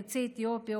יוצאי אתיופיה,